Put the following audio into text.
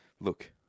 Look